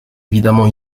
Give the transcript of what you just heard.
évidemment